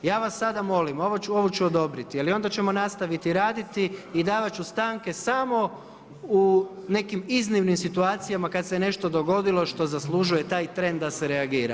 Ja vas sada molim ovu ću odobriti, ali onda ćemo nastaviti raditi i davat ću stanke samo u nekim iznimnim situacijama kada se je nešto dogodilo što zaslužuje taj tren da se reagira.